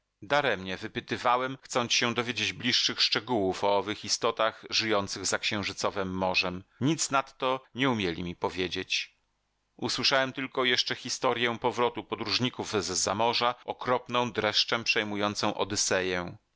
złe daremnie wypytywałem chcąc się dowiedzieć bliższych szczegółów o owych istotach żyjących za księżycowem morzem nic nadto nie umieli mi powiedzieć usłyszałem tylko jeszcze historję powrotu podróżników z za morza okropną dreszczem przejmującą odyseję